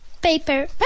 Paper